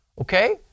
okay